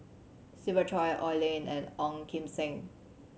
Siva Choy Oi Lin and Ong Kim Seng